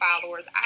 followers